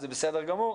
זה בסדר גמור,